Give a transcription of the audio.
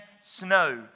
snow